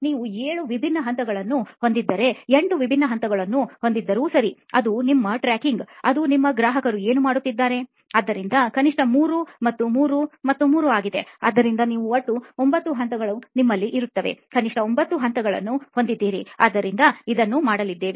ನೀವು ಏಳು ವಿಭಿನ್ನ ಹಂತಗಳನ್ನು ಹೊಂದಿದ್ದರೆ ಎಂಟು ವಿಭಿನ್ನ ಹಂತಗಳನ್ನು ಹೊಂದಿದ್ದರು ಸರಿಅದು ನಿಮ್ಮ ಟ್ರ್ಯಾಕಿಂಗ್ ಅದು ನಿಮ್ಮ ಗ್ರಾಹಕರು ಏನು ಮಾಡುತ್ತಾರೆ ಆದ್ದರಿಂದ ಕನಿಷ್ಠ 3 3 ಮತ್ತು 3 ಆಗಿದೆ ಆದ್ದರಿಂದ ನೀವು ಒಟ್ಟು 9 ಹಂತಗಳು ಇರುತ್ತವೆ ಕನಿಷ್ಠ 9 ಹಂತಗಳನ್ನು ಹೊಂದಿರುತ್ತೀರಿ ಆದ್ದರಿಂದ ಇದನ್ನು ಮಾಡಲಿದ್ದೇವೆ